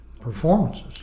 performances